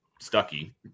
Stucky